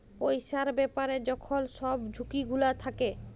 পইসার ব্যাপারে যখল ছব ঝুঁকি গুলা থ্যাকে